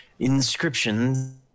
Inscriptions